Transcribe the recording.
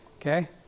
okay